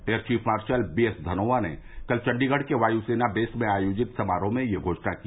air chief marshal B S Dhanoa ने कल चण्डीगढ़ के वायुसेना बेस में आयोजित समारोह में यह घोषणा की